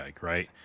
right